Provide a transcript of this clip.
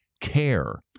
care